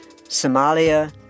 Somalia